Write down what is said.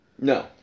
No